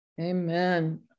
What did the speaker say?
amen